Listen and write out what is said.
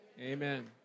Amen